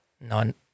None